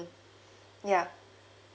yeah